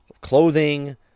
clothing